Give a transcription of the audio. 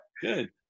Good